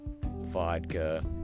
vodka